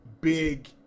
big